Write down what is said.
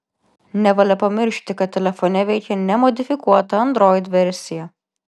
nevalia pamiršti kad telefone veikia nemodifikuota android versija